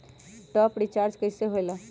Top up recharge कइसे होएला?